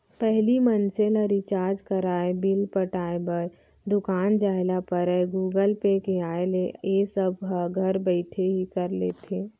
पहिली मनसे ल रिचार्ज कराय, बिल पटाय बर दुकान जाय ल परयए गुगल पे के आय ले ए सब ह घर बइठे ही कर लेथे